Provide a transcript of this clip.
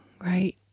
right